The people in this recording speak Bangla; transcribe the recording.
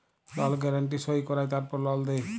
লল গ্যারান্টি সই কঁরায় তারপর লল দেই